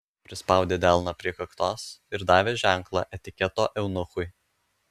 prispaudė delną prie kaktos ir davė ženklą etiketo eunuchui